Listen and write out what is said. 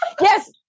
yes